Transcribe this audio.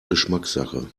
geschmackssache